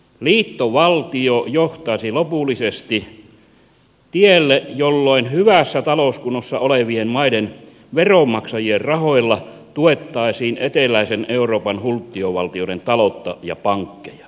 liittovaltio johtaisi lopullisesti tielle jolloin hyvässä talouskunnossa olevien maiden veronmaksajien rahoilla tuettaisiin eteläisen euroopan hulttiovaltioiden taloutta ja pankkeja